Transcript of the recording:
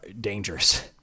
dangerous